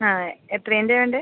ആ എത്രേൻ്റെയാണ് വേണ്ടത്